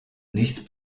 nicht